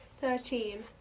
Thirteen